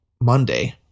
Monday